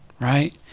Right